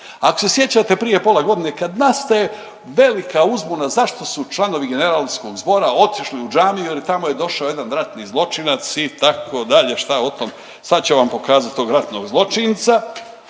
Ako se sjećate prije pola godine kad nastaje velika uzbuna zašto su članovi Generalskog zbora otišli u džamiju jer tamo je došao jedan ratni zločinac itd. Šta o tom? Sad ću vam pokazati tog ratnog zločinca?